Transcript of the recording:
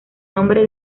nombre